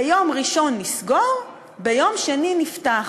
ביום ראשון נסגור, ביום שני נפתח.